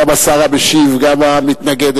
גם השר המשיב וגם המתנגדת.